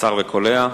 קצר וקולע.